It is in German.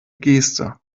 geste